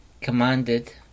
commanded